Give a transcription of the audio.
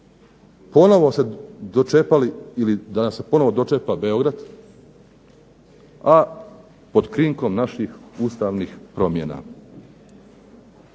ponovo se dočepali ili da nas se ponovo dočepa Beograd, a pod krinkom naših ustavnih promjena.